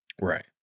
Right